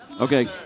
Okay